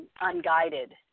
Unguided